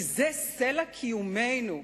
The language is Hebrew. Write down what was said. כי זה סלע קיומנו.